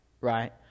right